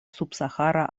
subsahara